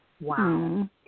Wow